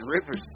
Rivers